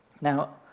Now